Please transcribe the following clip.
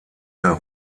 der